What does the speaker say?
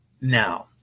Now